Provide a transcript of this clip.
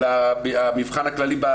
של המבחן הכללי.